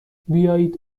بیایید